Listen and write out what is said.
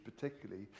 particularly